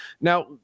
Now